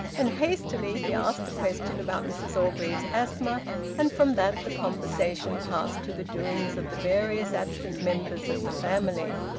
and hastily he asked a question about mrs orgreave's asthma and from that the conversation passed to the doings of the various absent members of the family.